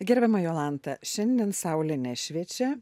gerbiama jolanta šiandien saulė nešviečia